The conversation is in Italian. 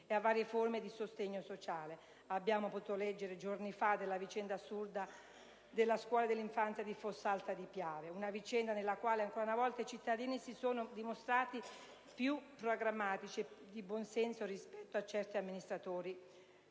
ed a varie forme di sostegno sociale. Abbiamo potuto leggere giorni fa della vicenda assurda della scuola dell'infanzia di Fossalta di Piave, nella quale ancora una volta i cittadini si sono dimostrati più pragmatici e di buon senso rispetto a certi amministratori.